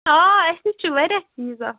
آ اَسہِ حظ نِش چھِ واریاہ چیٖز آسان